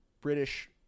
British